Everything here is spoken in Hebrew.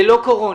ללא קורונה.